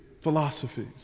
philosophies